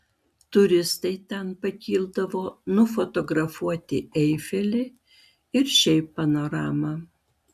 turistai ten pakildavo nufotografuoti eifelį ir šiaip panoramą